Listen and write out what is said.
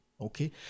okay